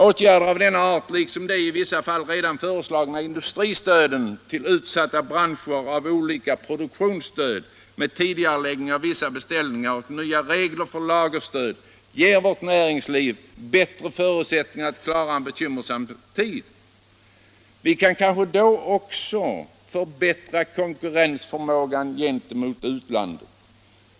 Åtgärder av denna art, liksom de i vissa fall redan föreslagna industristöden till utsatta branscher och olika produktionsstöd med tidigareläggning av vissa beställningar och nya regler för lagerstöd, ger vårt näringsliv bättre förutsättningar att klara en bekymmersam tid. Vi kan kanske då också förbättra konkurrensförmågan gentemot utlandet.